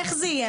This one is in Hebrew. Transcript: איך זה יהיה?